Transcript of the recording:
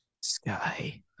Sky